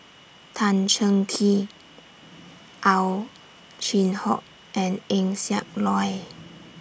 Tan Cheng Kee Ow Chin Hock and Eng Siak Loy